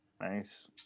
Nice